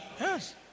Yes